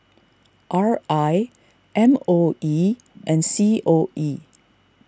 R I M O E and C O E